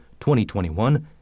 2021